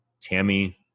Tammy